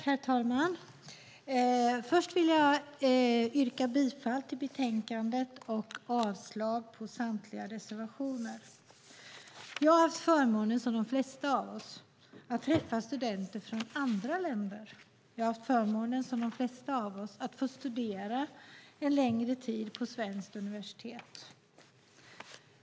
Herr talman! Jag yrkar bifall till förslaget i betänkandet och avslag på samtliga reservationer. Som de flesta av oss har jag haft förmånen att träffa studenter från andra länder. Som de flesta av oss har jag haft förmånen att få studera en längre tid vid svenskt universitet.